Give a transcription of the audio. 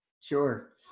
Sure